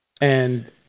and-